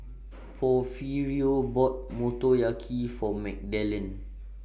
Porfirio bought Motoyaki For Magdalen